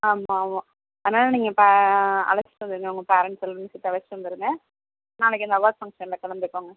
ஆமாம் ஆமாம் அதனால நீங்கள் அழைச்சிட்டு வந்துடுங்க உங்கள் பேரண்ட்ஸ் எல்லோரையும் சேர்த்து அழைச்சிட்டு வந்துடுங்க நாளைக்கு அந்த அவார்டு ஃபங்க்ஷனில் கலந்துக்கோங்க